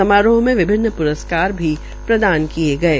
समारोह मे विभिन्न प्रस्कार भी प्रदान किये गये